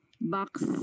box